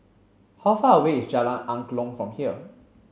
how far away is Jalan Angklong from here